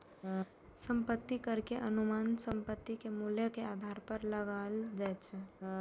संपत्ति कर के अनुमान संपत्ति के मूल्य के आधार पर लगाओल जाइ छै